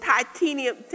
titanium